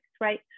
right